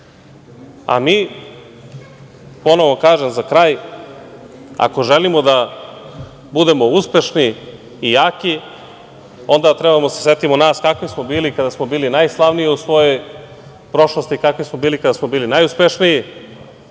ponovo kažem za kraj, ako želimo da budemo uspešni i jaki, onda treba da se setimo nas kakvi smo bili kada smo bili najslavniji u svojoj prošlosti, kakvi smo bili kad smo bili najuspešniji.